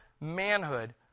manhood